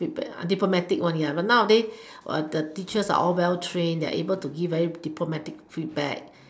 feedback diplomatic one ya but nowadays the teachers are all well trained they are able to give diplomatic feedback